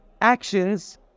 actions